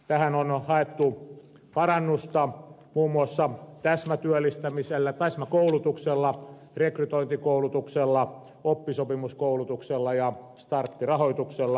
tähän on haettu parannusta muun muassa täsmäkoulutuksella rekrytointikoulutuksella oppisopimuskoulutuksella ja starttirahoituksella